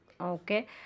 Okay